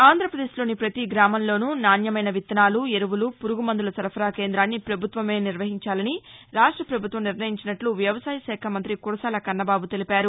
ఆంధ్రప్రదేశ్లోని పతి గ్రామంలోనూ నాణ్యమైన విత్తనాలు ఎరువులు పురుగు మందుల సరఫరా కేందాన్ని ప్రభుత్వమే నిర్వహించాలని రాష్ట ప్రభుత్వం నిర్ణయించినట్ల వ్యవసాయ శాఖ మంతి కురసాల కన్నబాబు తెలిపారు